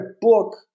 book